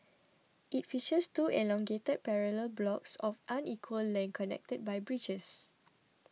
it features two elongated parallel blocks of unequal length connected by bridges